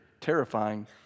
terrifying